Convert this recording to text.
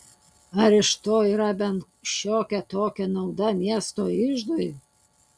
ar iš to yra bent šiokia tokia nauda miesto iždui